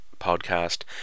podcast